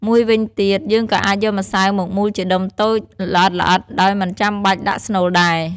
មួយវិញទៀត យើងក៏អាចយកម្សៅមកមូលជាដុំតូច ល្អិតៗ ដោយមិនចាំបាច់ដាក់ស្នូលដែរ។